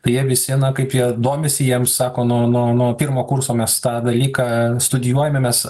tai jie visi na kaip jie domisi jiems sako nuo nuo nuo pirmo kurso mes tą dalyką studijuojame mes